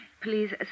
Please